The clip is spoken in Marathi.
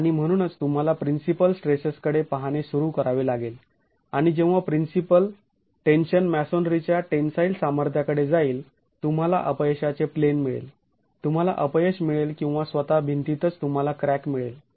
आणि म्हणूनच तुम्हाला प्रिन्सिपल स्ट्रेसेस कडे पाहणे सुरू करावे लागेल आणि जेव्हा प्रिन्सिपल टेन्शन मॅसोनरीच्या टेन्साईल सामर्थ्याकडे जाईल तुम्हाला अपयशाचे प्लेन मिळेल तुम्हाला अपयश मिळेल किंवा स्वतः भिंतीतच तुम्हाला क्रॅक मिळेल